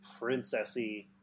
princessy